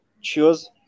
choose